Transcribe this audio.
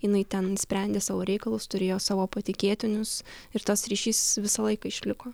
jinai ten sprendė savo reikalus turėjo savo patikėtinius ir tas ryšys visą laiką išliko